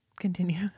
Continue